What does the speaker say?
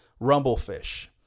Rumblefish